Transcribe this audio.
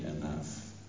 enough